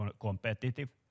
competitive